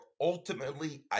ultimately